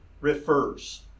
refers